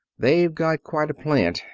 they've got quite a plant.